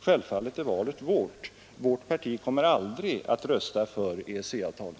Självfallet är valet vårt — vårt parti kommer aldrig att rösta för EEC-avtalet.